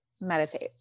Meditate